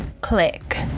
click